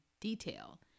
detail